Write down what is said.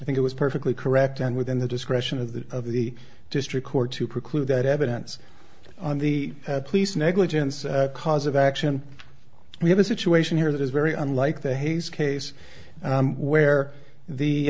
i think it was perfectly correct and within the discretion of the of the district court to preclude that evidence the police negligence cause of action we have a situation here that is very unlike the hayes case where the